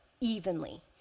evenly